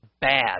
bad